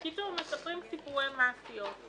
בקיצור, מספרים סיפורי מעשיות.